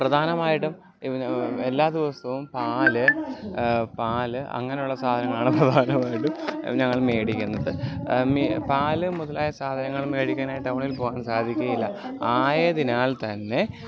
പ്രധാനമായിട്ടും എല്ലാ ദിവസവും പാൽ പാൽ അങ്ങനുള്ള സാധനങ്ങളാണ് പ്രധാനമായിട്ടും ഞങ്ങൾ മേടിക്കുന്നത് പാൽ മുതലായ സാധനങ്ങൾ മേടിക്കാനായി ട്ടൗണിൽ പോകാൻ സാധിക്കുകയില്ല ആയതിനാൽ തന്നെ